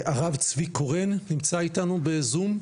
הרב צבי קורן נמצא איתנו בzoom-,